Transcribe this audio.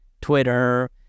Twitter